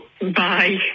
bye